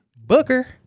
Booker